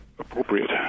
appropriate